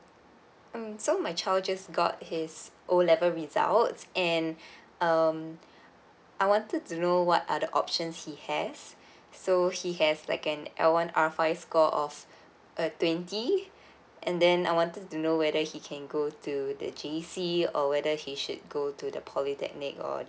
um so my child just got his O level results and um I wanted to know what are the options he has so he has like an l one r five score of a twenty and then I wanted to know whether he can go to the J_C or whether he should go to the polytechnic or